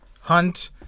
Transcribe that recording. hunt